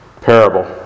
parable